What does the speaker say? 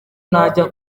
najya